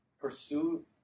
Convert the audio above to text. pursue